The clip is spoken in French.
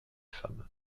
femmes